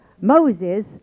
Moses